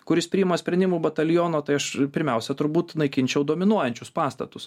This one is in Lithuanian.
kuris priima sprendimų bataliono tai aš pirmiausia turbūt naikinčiau dominuojančius pastatus